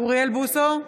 אוריאל בוסו,